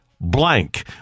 blank